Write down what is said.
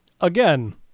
Again